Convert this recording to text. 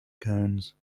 cones